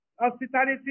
hospitality